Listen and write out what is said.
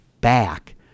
back